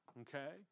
Okay